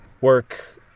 work